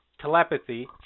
Telepathy